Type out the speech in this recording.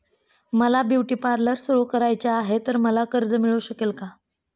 मला beauty parlour सुरू करायचे आहे तर मला कर्ज मिळू शकेल का?